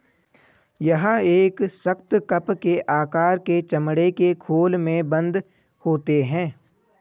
यह एक सख्त, कप के आकार के चमड़े के खोल में बन्द होते हैं